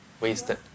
wasted